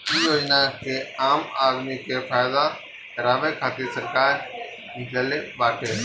इ योजना के आम आदमी के फायदा करावे खातिर सरकार निकलले बाटे